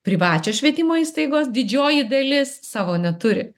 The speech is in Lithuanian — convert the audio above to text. privačios švietimo įstaigos didžioji dalis savo neturi